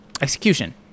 execution